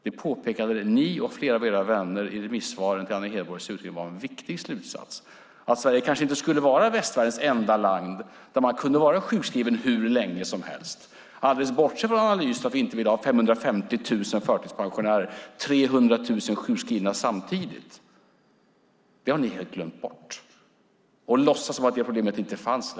Det påpekade ni och flera av era vänner var en viktig slutsats i remissvaren till Anna Hedborgs utredning. Sverige skulle kanske inte vara västvärldens enda land där man kunde vara sjukskriven hur länge som helst, alldeles bortsett från analysen att vi inte ville ha 550 000 förtidspensionärer och 300 000 sjukskrivna samtidigt. Det har ni helt glömt bort, och ni låtsas som om det problemet inte fanns.